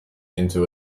into